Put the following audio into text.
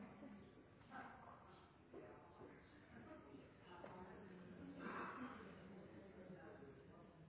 jeg kan